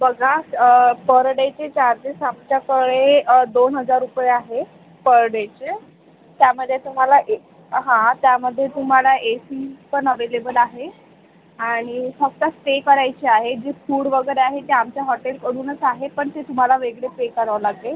बघा पर डेचे चार्जेस आमच्याकडे दोन हजार रुपये आहे पर डेचे त्यामध्ये तुम्हाला ए हां त्यामध्ये तुम्हाला एक रूमपण अवेलेबल आहे आणि फक्त स्टे करायचे आहे जे फूड वगैरे आहे ते आमच्या हॉटेलकडूनच आहे पण ते तुम्हाला वेगळे पे कराव लागेल